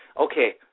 okay